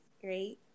Great